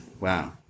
Wow